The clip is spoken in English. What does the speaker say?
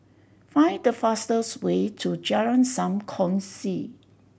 find the fastest way to Jalan Sam Kongsi